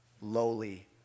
lowly